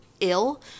ill